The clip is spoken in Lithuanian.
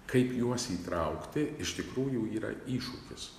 kaip juos įtraukti iš tikrųjų yra iššūkis